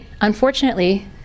unfortunately